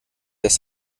das